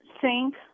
sink